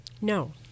No